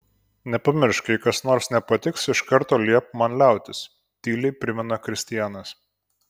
nepamiršk jei kas nors nepatiks iš karto liepk man liautis tyliai primena kristianas